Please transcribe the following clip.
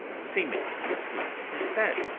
seemingly asleep in his bed,